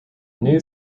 new